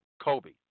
Kobe